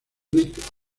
rick